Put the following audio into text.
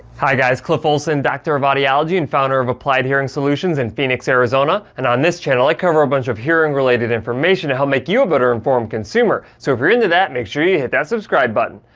hi guys, cliff olson, doctor of audiology and founder of applied hearing solutions in phoenix, arizona. and on this channel i cover a bunch of hearing-related information to help make you a better informed consumer. so if you're into that, make sure you hit that subscribe button,